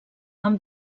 amb